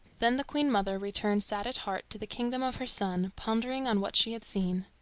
then the queen-mother returned sad at heart to the kingdom of her son, pondering on what she had seen.